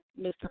Mr